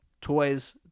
toys